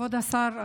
כבוד השר,